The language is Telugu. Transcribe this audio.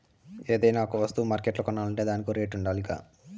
ఏదైనా ఒక వస్తువ మార్కెట్ల కొనాలంటే దానికో రేటుండాలిగా